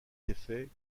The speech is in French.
effet